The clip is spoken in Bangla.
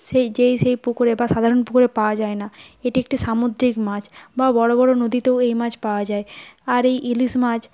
সেই যেই সেই পুকুরে বা সাধারণ পুকুরে পাওয়া যায় না এটি একটি সামুদ্রিক মাছ বা বড় বড় নদীতেও এই মাছ পাওয়া যায় আর এই ইলিশ মাছ